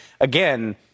again